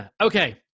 Okay